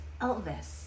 Elvis